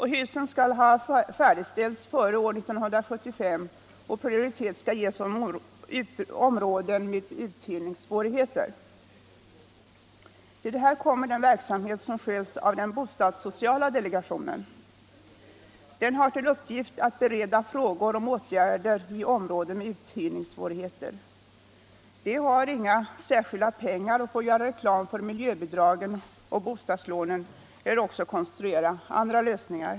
Husen skall ha färdigställts före år 1975 och prioritet skall ges åt områden med uthyrningssvårigheter. Till detta kommer den verksamhet som sköts av den bostadssociala delegationen. Den har till uppgift att bereda frågor om åtgärder i områden med uthyrningssvårigheter. Den delegationen har inga särskilda pengar och får göra reklam för miljöbidragen och bostadslånen eller konstruera andra lösningar.